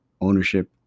ownership